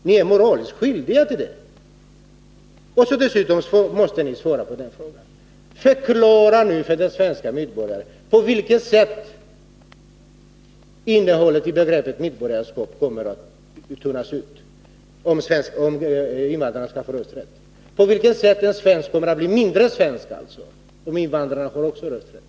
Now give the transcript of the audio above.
Ni är moraliskt skyldiga till det. Dessutom borde ni förklara för de svenska medborgarna på vilket sätt innehållet i begreppet medborgarskap kommer att tunnas ut, om invandrarna får rösträtt i riksdagsvalen. På vilket sätt kommer en svensk att bli mindre svensk, om invandrarna också får rösträtt?